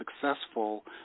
successful